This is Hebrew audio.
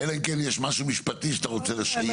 אלא אם כן יש משהו משפטי שאתה רוצה להגיד.